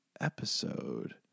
episode